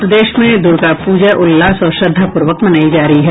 और प्रदेश में दुर्गा पूजा उल्लास और श्रद्धापूर्वक मनायी जा रही है